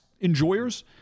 enjoyers